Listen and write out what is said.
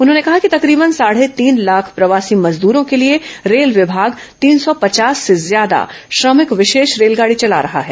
उन्होंने कहा कि तकरीबन साढे तीन लाख प्रवासी मजदूरों के लिए रेल विभाग तीन सौ पचास से ज्यादा श्रमिक विशेष रेलगाड़ी चला रहा है